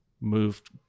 moved